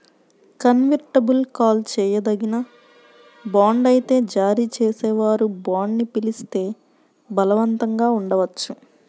convertible call చేయదగిన bond అయితే జారీ చేసేవారు బాండ్ని పిలిస్తే బలవంతంగా ఉండవచ్చు